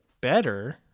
better